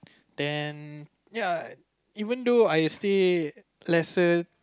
then ya even though I stay lesser than